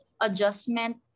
adjustment